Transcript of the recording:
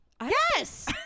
Yes